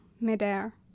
midair